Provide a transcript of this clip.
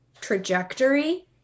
trajectory